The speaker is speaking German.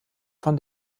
von